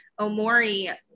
Omori